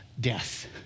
death